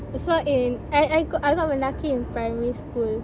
so in I I go~ I got Mendaki in primary school